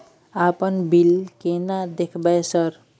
अपन बिल केना देखबय सर?